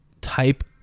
type